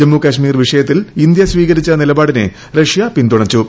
ജമ്മുകാശ്മീർ വിഷയത്തിൽഇന്ത്യസ്വീകരിച്ച നിലപാടിനെ റഷ്യ പിന്തുണച്ചു